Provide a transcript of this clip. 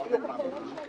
11:55.